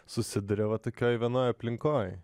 susiduria va tokioj vienoj aplinkoj